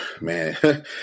Man